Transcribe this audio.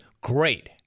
great